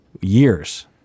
years